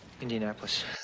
Indianapolis